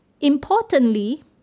Importantly